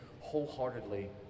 wholeheartedly